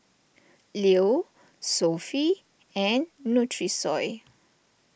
Leo Sofy and Nutrisoy